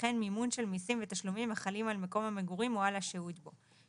וכן מימון של מיסים ותשלומים החלים על מקום המגורים או על השהות בו.